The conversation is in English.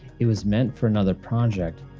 it was meant for another project,